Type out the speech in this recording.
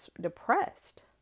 depressed